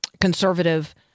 conservative